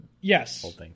Yes